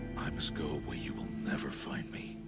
i must go where you will never find me.